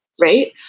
right